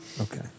Okay